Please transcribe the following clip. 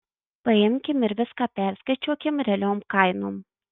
paimkim ir viską perskaičiuokim realiom kainom